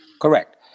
Correct